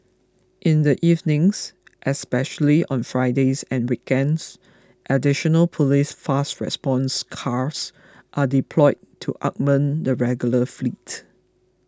in the evenings especially on Fridays and weekends additional police fast response cars are deployed to augment the regular fleet